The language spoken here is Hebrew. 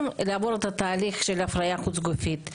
לעבור את תהליך ההפריה החוץ גופית.